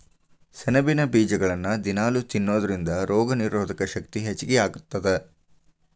ಸೆಣಬಿನ ಬೇಜಗಳನ್ನ ದಿನಾಲೂ ತಿನ್ನೋದರಿಂದ ರೋಗನಿರೋಧಕ ಶಕ್ತಿ ಹೆಚ್ಚಗಿ ಆಗತ್ತದ